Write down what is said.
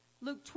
Luke